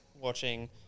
watching